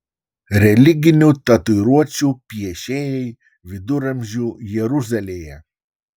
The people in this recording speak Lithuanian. religinių tatuiruočių piešėjai viduramžių jeruzalėje